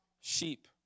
sheep